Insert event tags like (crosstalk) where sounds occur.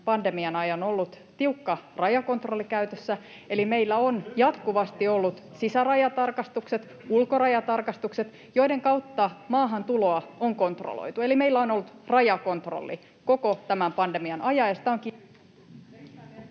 pandemian ajan ollut tiukka rajakontrolli käytössä, (laughs) eli meillä on jatkuvasti olleet sisärajatarkastukset ja ulkorajatarkastukset, joiden kautta maahantuloa on kontrolloitu. Eli meillä on ollut rajakontrolli koko tämän pandemian ajan,